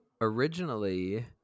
originally